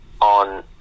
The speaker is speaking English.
On